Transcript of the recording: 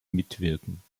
mitwirken